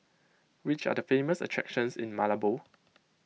which are the famous attractions in Malabo